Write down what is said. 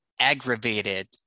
aggravated